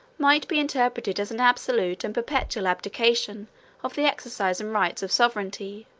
might be interpreted as an absolute and perpetual abdication of the exercise and rights of sovereignty.